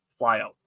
flyout